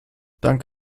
dank